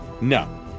No